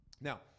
Now